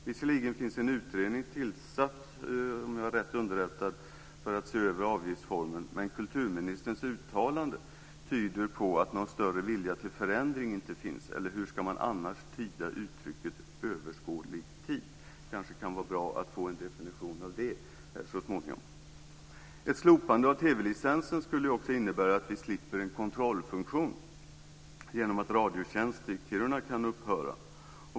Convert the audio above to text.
Visserligen finns det en utredning tillsatt, om jag är rätt underrättad, för att se över avgiftsformen, men kulturministerns uttalande tyder på att någon större vilja till förändring inte finns. Hur ska man annars tyda uttrycket "överskådlig tid"? Det kanske kan vara bra att få en definition av det så småningom. Ett slopande av TV-licensen skulle också innebära att vi slipper en kontrollfunktion genom att Radiotjänst i Kiruna kan upphöra.